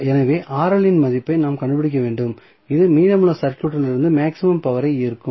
எனவே இன் மதிப்பை நாம் கண்டுபிடிக்க வேண்டும் இது மீதமுள்ள சர்க்யூட்களிலிருந்து மேக்ஸிமம் பவர் ஐ ஈர்க்கும்